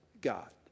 God